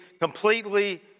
completely